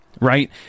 Right